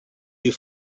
you